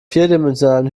vierdimensionalen